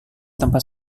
tempat